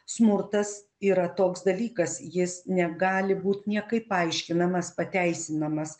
smurtas yra toks dalykas jis negali būt niekaip paaiškinamas pateisinamas